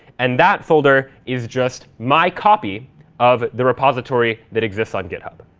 and that folder is just my copy of the repository that exists on github.